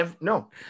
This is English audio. No